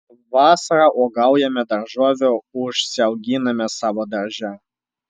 vasarą uogaujame daržovių užsiauginame savo darže